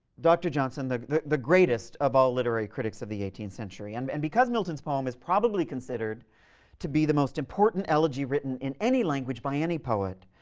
dr. johnson, the the greatest of all literary critics of the eighteenth century. and and because milton's poem is probably considered to be the most important elegy written in any language by any poet,